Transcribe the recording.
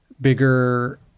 bigger